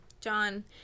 john